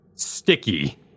Sticky